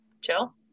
Chill